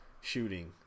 shooting